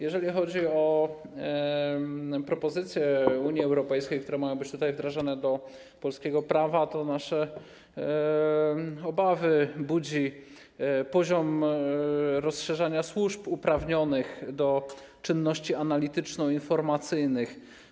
Jeżeli chodzi o propozycje Unii Europejskiej, które mają być tutaj wdrażane do polskiego prawa, to nasze obawy budzi poziom rozszerzania służb uprawnionych do czynności analityczno-informacyjnych.